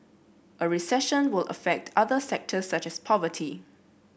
a recession will affect other sectors such as property